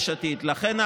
מפלגת יש עתיד, לכן,